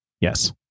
Yes